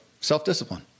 self-discipline